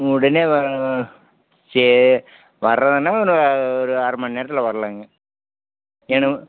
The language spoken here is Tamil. உடனே சரி வர்றதுன்னா ஒரு ஒரு அரை மண்நேரத்தில் வர்லாம்ங்க ஏன்னா